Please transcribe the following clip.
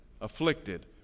afflicted